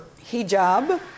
hijab